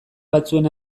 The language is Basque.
batzuen